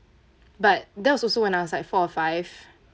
but that was also when I was like four or five